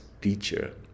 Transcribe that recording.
teacher